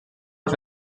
auf